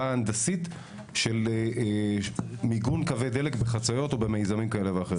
ההנדסית של מיגון קווי דלק בחציות ובמיזמים כאלה ואחרים.